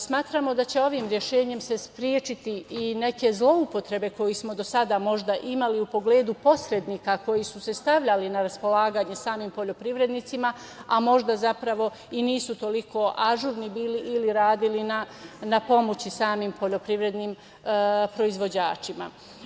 Smatramo da će ovim rešenjem se sprečiti i neke zloupotrebe koje smo do sada, možda imali u pogledu posrednika, koji su se stavljali na raspolaganje samim poljoprivrednicima, a možda zapravo i nisu toliko ažurni bili ili radili na pomoći samim poljoprivrednim proizvođačima.